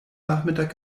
nachmittag